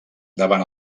davant